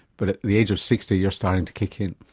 but at the age of sixty you're starting to kick in?